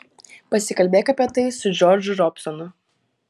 pasikalbėk apie tai su džordžu robsonu